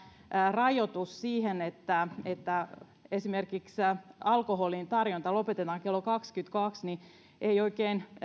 rajoitus siihen että että esimerkiksi alkoholin tarjonta lopetetaan kello kaksikymmentäkaksi ei oikein